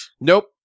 Nope